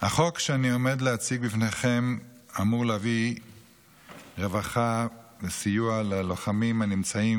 החוק שאני עומד להציג בפניכם אמור להביא רווחה וסיוע ללוחמים שנמצאים